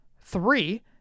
three